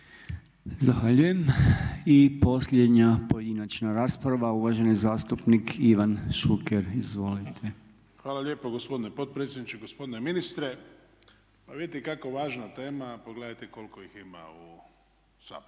Zahvaljujem. I posljednja pojedinačna rasprava uvaženi zastupnik Ivan Šuker. Izvolite. **Šuker, Ivan (HDZ)** Hvala lijepo gospodine potpredsjedniče, gospodine ministre. Pa vidite kako važna tema, a pogledajte koliko ih ima u